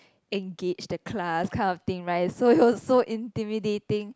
engage the class kind of thing right so it was so intimidating